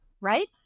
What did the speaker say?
Right